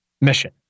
mission